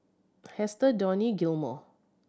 Hester Donnie Gilmore